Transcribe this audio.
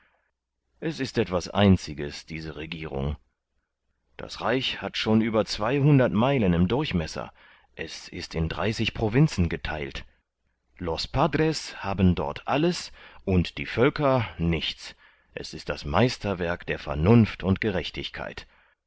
es ist etwas einziges diese regierung das reich hat schon über zweihundert meilen im durchmesser es ist ein dreißig provinzen getheilt los padres haben dort alles und die völker nichts es ist das meisterwerk der vernunft und gerechtigkeit